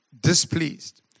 displeased